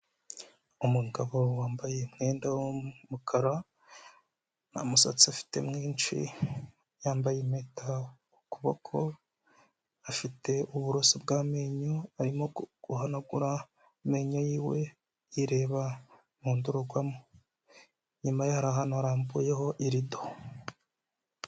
Umugabo wambaye umwenda w'umukara, nta musatsi afite mwinshi, yambaye impeta ku kuboko, afite uburoso bw'amenyo arimo guhanagura amenyo yiwe yireba mu ndorerwamo, inyuma ye hari ahantu harambuyeho irido.